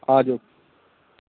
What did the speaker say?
ਆ ਜਾਓ